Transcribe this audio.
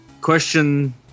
Question